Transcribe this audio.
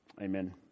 Amen